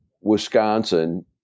Wisconsin